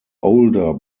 older